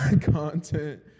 content